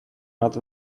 not